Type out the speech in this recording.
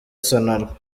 sonarwa